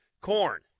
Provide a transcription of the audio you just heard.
corn